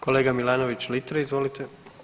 Kolega Milanović Litre, izvolite.